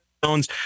Jones